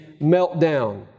Meltdown